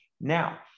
Now